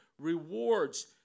rewards